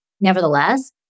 nevertheless